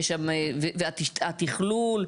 התכלול,